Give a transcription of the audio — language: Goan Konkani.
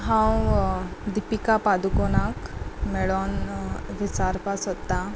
हांव दिपिका पादुकोनाक मेळून विचारपाक सोदतां